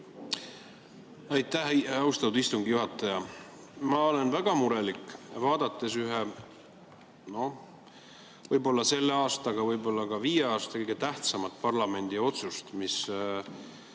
Aitäh, austatud istungi juhataja! Ma olen väga murelik, vaadates ühte võib-olla selle aasta, aga võib‑olla ka viie aasta kõige tähtsamat parlamendi otsust, mida